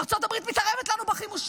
ארצות הברית מתערבת לנו בחימושים,